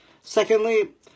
Secondly